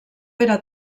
pere